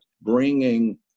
bringing